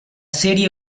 serie